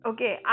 Okay